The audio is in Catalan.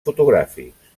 fotogràfics